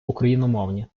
україномовні